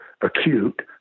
acute